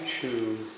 choose